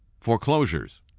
foreclosures